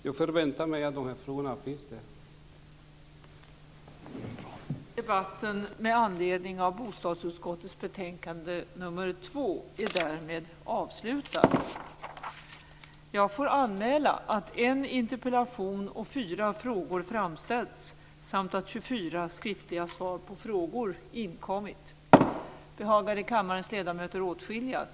Jag förväntar mig att de här frågorna finns med där.